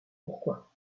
pourquoi